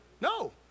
No